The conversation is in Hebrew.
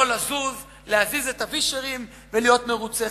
לא לזוז, להזיז את הווישרים ולהיות מרוצה.